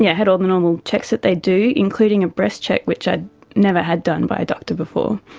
yeah had all the normal checks that they do, including a breast check, which i had never had done by a doctor before,